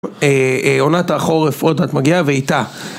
עונת החורף עוד, את מגיעה ואיתה